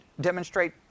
demonstrate